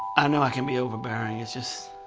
i know i can be overbearing. it's just,